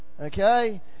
okay